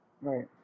Right